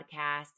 podcast